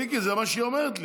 מיקי, זה מה שהיא אומרת לי.